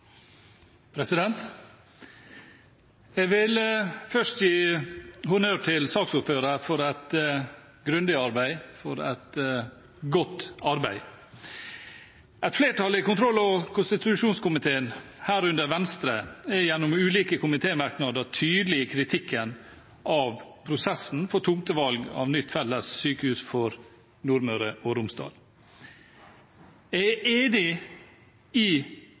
Jeg vil først gi honnør til saksordføreren for et grundig og godt arbeid. Et flertall i kontroll- og konstitusjonskomiteen, herunder Venstre, er gjennom ulike komitémerknader tydelig i kritikken av prosessen for tomtevalg av nytt felles sykehus for Nordmøre og Romsdal. Jeg er enig i